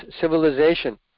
civilization